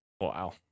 Wow